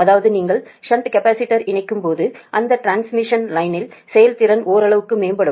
அதாவது நீங்கள் இணைக்கும்போது அந்த டிரான்ஸ்மிஷன் லைனின் செயல்திறன் ஓரளவுக்கு மேம்படும்